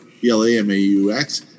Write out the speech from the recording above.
B-L-A-M-A-U-X